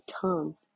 tongue